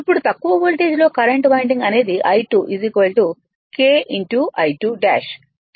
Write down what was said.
ఇప్పుడు తక్కువ వోల్టేజ్లో కరెంట్ వైండింగ్ అనేది I2 K I2 డాష్ పరివర్తన నిష్పత్తి